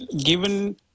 Given